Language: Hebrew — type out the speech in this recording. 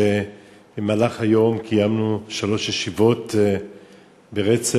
במהלך היום קיימנו שלוש ישיבות ברצף,